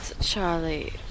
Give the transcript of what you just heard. Charlie